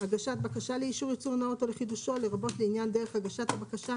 הגשת בקשה לאישור ייצור נאות או לחידושו לרבות לעניין דרך הגשת הבקשה,